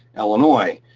illinois.